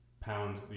pound